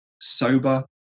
sober